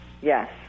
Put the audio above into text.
Yes